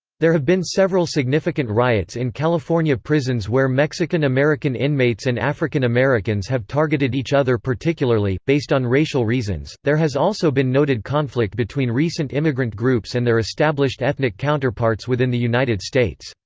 there have been several significant riots in california prisons where mexican american inmates and african americans have targeted each other particularly, based on racial reasons there has also been noted conflict between recent immigrant groups and their established ethnic counterparts within the united states.